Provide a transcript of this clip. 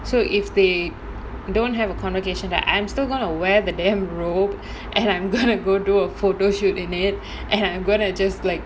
so if they don't have a convocation then I'm still going to wear the damn robe and I'm going to go do a photo shoot in it and I'm going to just like